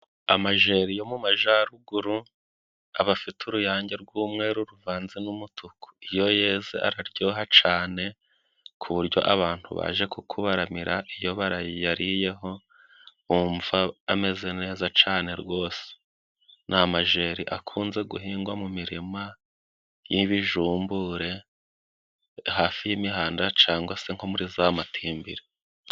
Amajeri yo mu majaruguru aba afite uruyange rw'umweru ruvanze n'umutuku, iyo yeze araryoha cane ku buryo abantu baje kukubaramira iyo barayariyeho bumva ameze neza cane rwose. Ni amajeri akunze guhingwa mu mirima y'ibijumbure hafi y'imihanda cangwa se nko muri za matimbiri.